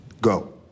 go